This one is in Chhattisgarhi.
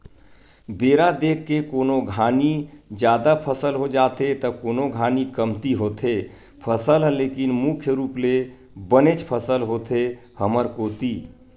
बेरा देख के कोनो घानी जादा फसल हो जाथे त कोनो घानी कमती होथे फसल ह लेकिन मुख्य रुप ले बनेच फसल होथे हमर कोती